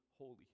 Holy